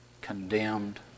condemned